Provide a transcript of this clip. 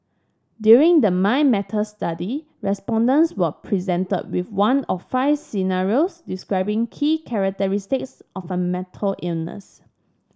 during the Mind Matters study respondents were presented with one of five scenarios describing key characteristics of a mental illness